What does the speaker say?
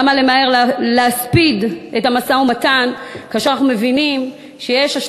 למה למהר להספיד את המשא-ומתן כאשר אנחנו מבינים שאם